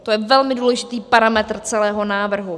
To je velmi důležitý parametr celého návrhu.